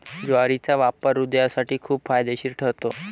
ज्वारीचा वापर हृदयासाठी खूप फायदेशीर ठरतो